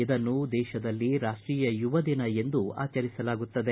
ಇದನ್ನು ದೇಶದಲ್ಲಿ ರಾಷ್ಟೀಯ ಯುವ ದಿನ ಎಂದೂ ಆಚರಿಸಲಾಗುತ್ತದೆ